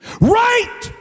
right